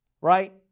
right